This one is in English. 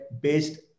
based